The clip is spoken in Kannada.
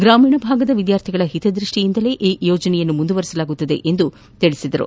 ಗ್ರಾಮೀಣಭಾಗದ ವಿದ್ಯಾರ್ಥಿಗಳ ಹಿತದ್ಯಷ್ಟಿಯಿಂದ ಈ ಯೋಜನೆಯನ್ನು ಮುಂದುವರೆಸಲಾಗುವುದು ಎಂದರು